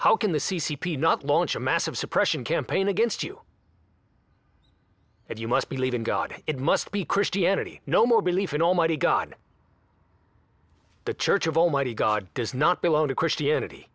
how can the c c p not launch a massive suppression campaign against you if you must believe in god it must be christianity no more believe in almighty god the church of almighty god does not belong to christianity